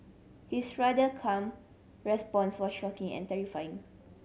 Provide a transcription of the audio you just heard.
his rather calm response was shocking and terrifying